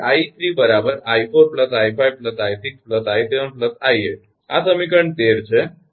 પછી 𝐼3 𝑖4 𝑖5 𝑖6 𝑖7 𝑖8 આ સમીકરણ 13 છે